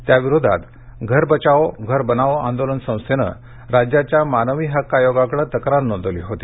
त्याविरोधात घर बचाओ घर बनाओ आंदोलन संस्थेनं राज्याच्या मानवी हक्क आयोगाकडं तक्रार नोंदवली होती